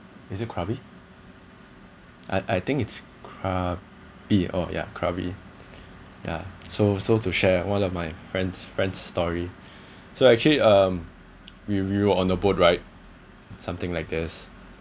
is it krabi I I think it's krabi oh ya krabi ya so so to share one of my friend's friend's story so actually um review on the boat ride something like this